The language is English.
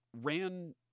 ran